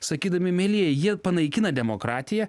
sakydami mielieji jie panaikina demokratiją